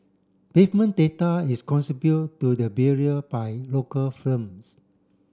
pavement data is contribute to the Bureau by local firms